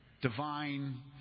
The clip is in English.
divine